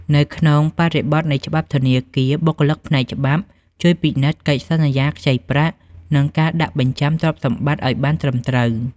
នៅក្នុងបរិបទនៃច្បាប់ធនាគារ បុគ្គលិកផ្នែកច្បាប់ជួយពិនិត្យកិច្ចសន្យាខ្ចីប្រាក់ និងការដាក់បញ្ចាំទ្រព្យសម្បត្តិឱ្យបានត្រឹមត្រូវ។